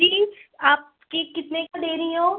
कि आप केक कितने का दे रही हो